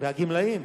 והגמלאים